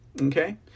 Okay